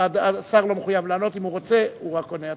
השר לא מחויב לענות, רק אם הוא רוצה הוא עונה.